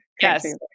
Yes